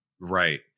Right